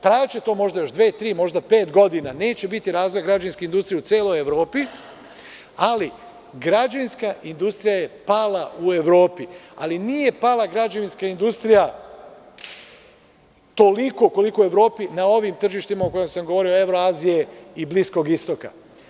Trajaće to još dve, tri ili pet godina, neće biti razvoja građevinske industrije u celoj Evropi, ali građevinska industrija je pala u Evropi, ali nije pala građevinska industrija toliko koliko je u Evropi na ovim tržištima o čemu sam govorio, Evroazije i Bliskog istoka.